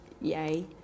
yay